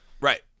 Right